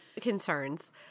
concerns